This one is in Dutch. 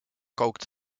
kookt